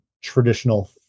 traditional